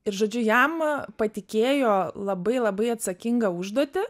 ir žodžiu jam patikėjo labai labai atsakingą užduotį